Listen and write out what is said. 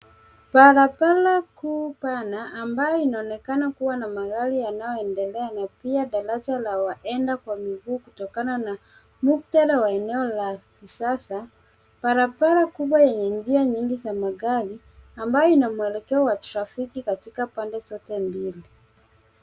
Barabara kuu pana ambayo inaonekana kuwa na magari yanayoendelea na pia daraja la waenda kwa miguu kutokana na muktada wa eneo la kisasa. Barabara kubwa yenye njia nyingi za magari ambayo ina mwelekeo wa trafiki katika pande zote mbili.